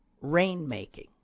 rain-making